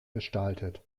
gestaltet